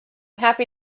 happy